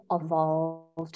evolved